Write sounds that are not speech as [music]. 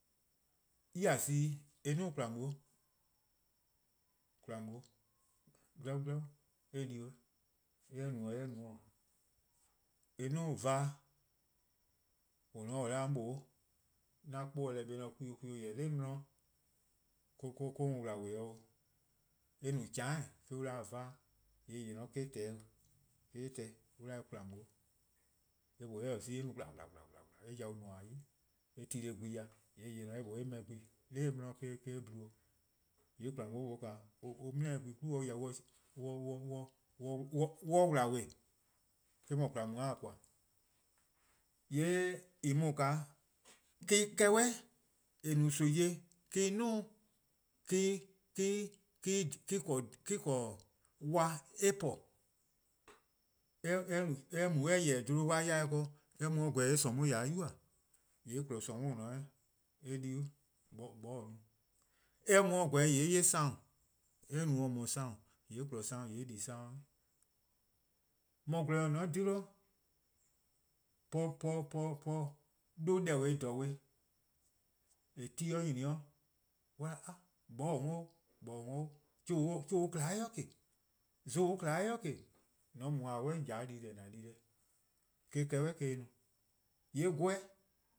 'Tior see eh 'duo: :kwlaa'un [hesitation] 'glau' 'glau' eh di uh, eh no-a :yee' eh 'duo: vuanu', eh 'da-a 'mor mlor 'nyi 'an 'kpuh-deh :ne 'kwio 'kwio 'o jorwor: 'de 'on 'di or mu :wlabe 'o, eh no 'cheane' eh-: an 'da-dih vuaun', :yee' :yeh :eh ne-a 'o :eh tehn, :ka eh tahn an 'da-dih eh :kwlaa'un, eh mlor :mor eh taa zi eh yau-a no :wla :wla :wla :wla, eh nmor 'yi eh tli gwehn-dih, :yee' :yeh :eh :ne-a 'o eh beh gwehn, 'de eh 'di 'de eh dle, :yee' :kwlaa'un mlor an dele 'de gwehn 'nyne-dih an ku [hesitation] 'ye 'wlabo eh-: no :kwlaa'un-a :koan'. :yee' en mor :daa, me-: 'kehbeh' :eh no-a nimi me-: eh :duo' 'o [hesitation] :en :korn 'wa eh po. [hesitation] :mor eh mu eh :yeh-dih 'bluhba-an yor-eh ken, :mor eh mu 'o pobo :yee' :samu' :ya 'o 'yuba: :yee' eh kpon :samu' :dao' 'weh eh di-uh, 'moeh-a no-eh, :mor eh mu 'o pobo :yee' eh 'ye sorn, eh mu 'o :yee' :mor sorn, :yee' eh kpon sorn eh di sorn 'weh. :mor gwlor-nyor :mor :on :dhe-dih, [hesitation] 'dhu deh-beh :dha-beh :mor ti nyni 'o, :mor on 'da 'moeh-eh 'worn, :moeh-eh 'worn 'o, zon :daa on :kma 'i :ke, :mor :on 'suh :on :ya 'de di-deh :an di-deh. Eh-: 'kehbeh'-a no. :yee' 'gweh,